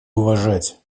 уважать